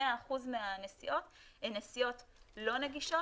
100% מהנסיעות הן נסיעות לא נגישות.